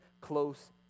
close